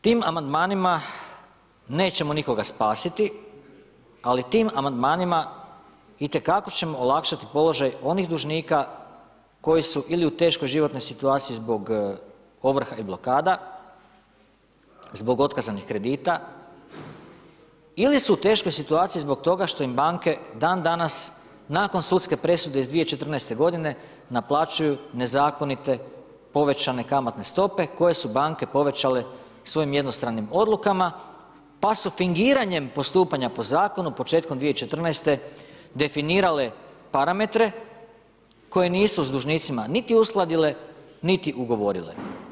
Tim amandmanima nećemo nikoga spasiti, ali tim amandmanima itekako ćemo olakšati položaj onih dužnika koji su ili u teškoj životnoj situaciji zbog ovrha i blokada, zbog otkazanih kredita ili su u teškoj situaciji zbog toga što im banke dan danas nakon sudske presude iz 2014. godine naplaćuju nezakonite povećane kamatne stope koje su banke povećale svojim jednostranim odlukama, pa su fingiranjem postupanja po zakonu početkom 2014. definirale parametre koje nisu s dužnicima niti uskladile, niti ugovorile.